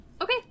Okay